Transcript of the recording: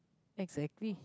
exactly